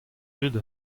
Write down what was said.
dud